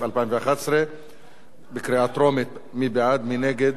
מי נגד?